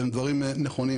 והם דברים נכונים,